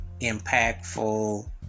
impactful